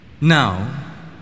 now